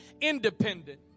independent